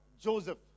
Joseph